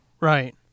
Right